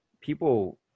people